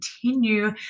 continue